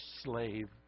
slave